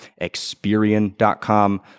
experian.com